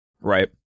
Right